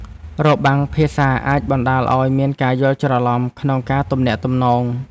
របាំងភាសាអាចបណ្ដាលឱ្យមានការយល់ច្រឡំក្នុងការទំនាក់ទំនង។